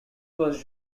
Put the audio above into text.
was